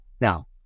Now